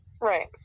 Right